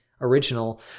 original